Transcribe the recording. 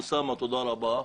אוסאמה, תודה רבה.